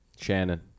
Shannon